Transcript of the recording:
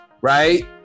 Right